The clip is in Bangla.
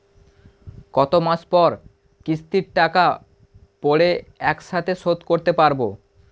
কত মাস পর কিস্তির টাকা পড়ে একসাথে শোধ করতে পারবো?